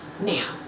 now